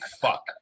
fuck